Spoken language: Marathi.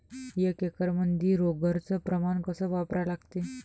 एक एकरमंदी रोगर च प्रमान कस वापरा लागते?